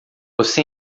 você